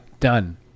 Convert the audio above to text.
done